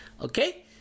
okay